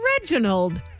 Reginald